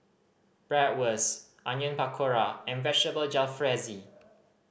Bratwurst Onion Pakora and Vegetable Jalfrezi